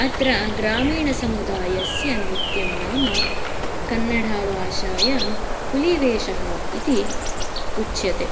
अत्र ग्रामीणसमुदायस्य नृत्यं नाम कन्नडभाषायां हुलीवेशः इति उच्यते